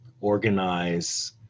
organize